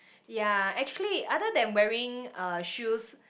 ya actually other than wearing uh shoes